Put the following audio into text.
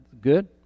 Good